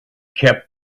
kept